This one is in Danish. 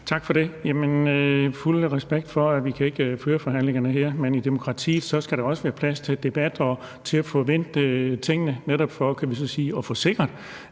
Tak for det. Jamen fuld respekt for, at vi ikke kan køre forhandlingerne her. Men i demokratiet skal der også være plads til debat og til at få vendt tingene, netop for, kan vi sige,